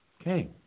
Okay